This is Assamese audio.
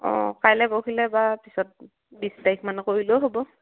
অঁ কাইলৈ পৰহিলৈ বা পিছত বিছ তাৰিখ মানে কৰিলেও হ'ব